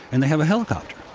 and they have a helicopter.